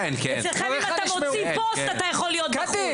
אצלכם אם אתה מוציא פוסט אתה יכול להיות בחוץ.